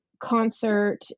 concert